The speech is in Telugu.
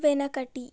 వెనకటి